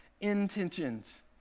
intentions